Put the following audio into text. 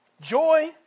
Joy